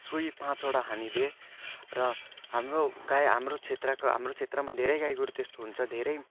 सुइ पाँचवटा हानिदिए र हाम्रो गाई हाम्रो क्षेत्रको हाम्रो क्षेत्रमा धेरै गाई गोरु त्यस्तो हुन्छ धेरै